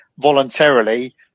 voluntarily